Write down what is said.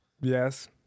yes